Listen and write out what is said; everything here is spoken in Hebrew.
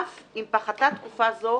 אף אם פחתה תקופה זו